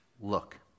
Look